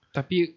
Tapi